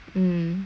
ya